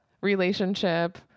relationship